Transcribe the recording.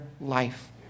life